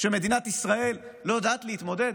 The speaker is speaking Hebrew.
שמדינת ישראל לא יודעת להתמודד.